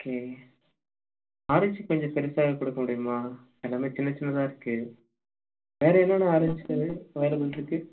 okay orange கொஞ்சம் பெருசாக கொடுக்க முடியுமா எல்லாமே சின்ன சின்னதாக இருக்கு வேறு என்னென்ன ஆரஞ்சு அவைளப்பில் இருக்கு